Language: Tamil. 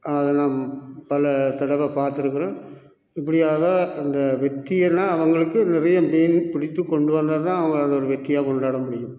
அதை நாம் பல தடவை பார்த்துருக்குறோம் இப்படியாக அந்த வெற்றி எல்லாம் அவங்களுக்கு நிறைய மீன் பிடித்துக்கொண்டு வந்தால் தான் அவங்க அது ஒரு வெற்றியாக கொண்டாட முடியும்